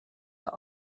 der